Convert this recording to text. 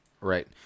right